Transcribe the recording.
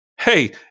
Hey